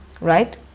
right